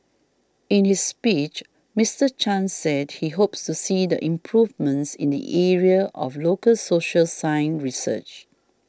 in his speech Mister Chan said he hopes to see the improvements in the area of local social science research